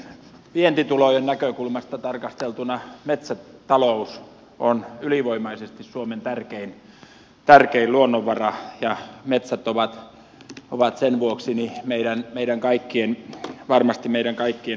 vientitulojen näkökulmasta tarkasteltuna metsätalous on ylivoimaisesti suomen tärkein luonnonvara ja metsät ovat sen vuoksi varmasti meidän kaikkien huolenaiheena